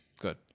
Good